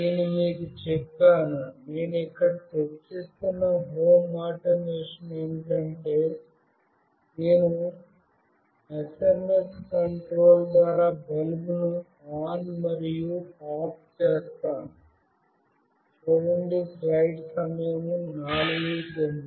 నేను మీకు చెప్పాను నేను ఇక్కడ చర్చిస్తున్న హోమ్ ఆటోమేషన్ ఏమిటంటే నేను SMS కంట్రోల్ ద్వారా బల్బును ఆన్ మరియు ఆఫ్ చేస్తాను